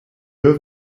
have